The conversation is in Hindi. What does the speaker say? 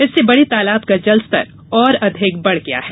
इससे बड़े तालाब का जलस्तर और अधिक बढ़ गया है